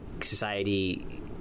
society